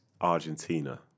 Argentina